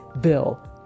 bill